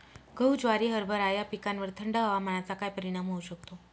गहू, ज्वारी, हरभरा या पिकांवर थंड हवामानाचा काय परिणाम होऊ शकतो?